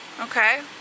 Okay